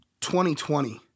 2020